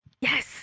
yes